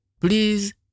please